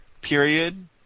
period